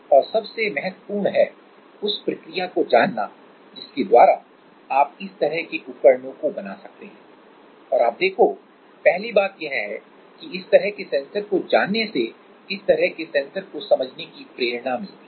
और सबसे महत्वपूर्ण है उस प्रक्रिया को जानना जिसके द्वारा आप इस तरह के उपकरणों को बना सकते हैं और आप देखो पहली बात यह है कि इस तरह के सेंसर को जानने से इस तरह के सेंसर को समझने की प्रेरणा मिलती है